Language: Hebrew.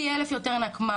פי אלף יותר נקמן,